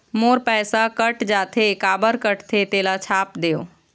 मोर पैसा कट जाथे काबर कटथे तेला छाप देव?